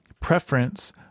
preference